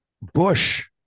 Bush